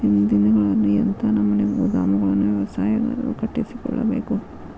ಇಂದಿನ ದಿನಗಳಲ್ಲಿ ಎಂಥ ನಮೂನೆ ಗೋದಾಮುಗಳನ್ನು ವ್ಯವಸಾಯಗಾರರು ಕಟ್ಟಿಸಿಕೊಳ್ಳಬೇಕು?